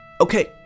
Okay